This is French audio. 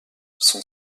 son